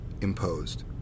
imposed